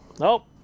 Nope